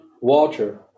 water